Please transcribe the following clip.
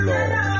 Lord